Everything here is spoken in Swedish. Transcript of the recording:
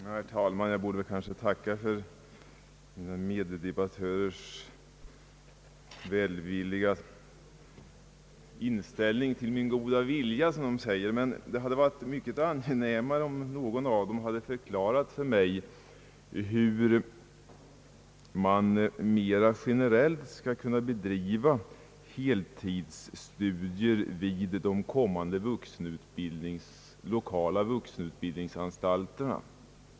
Herr talman! Jag kanske borde tacka för meddebattörers välvilliga inställning till min goda vilja. Men det hade varit mycket angenämare om någon av dem hade förklarat för mig hur man mera generellt skall kunna bedriva heltidsstudier vid de kommande lokala vuxenutbildningsanstalterna.